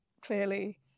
clearly